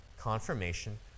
confirmation